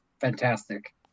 fantastic